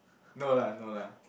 no lah no lah